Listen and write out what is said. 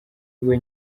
iwe